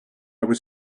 was